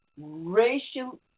racial